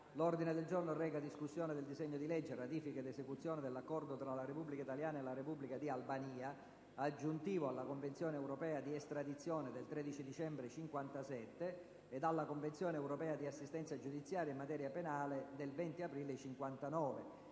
nella *Gazzetta Ufficiale*. DISEGNO DI LEGGE Ratifica ed esecuzione dell'Accordo tra la Repubblica italiana e la Repubblica di Albania, aggiuntivo alla Convenzione europea di estradizione del 13 dicembre 1957 ed alla Convenzione europea di assistenza giudiziaria in materia penale del 20 aprile 1959,